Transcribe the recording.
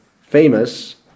famous